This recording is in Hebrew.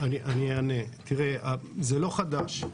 זה לא חדש.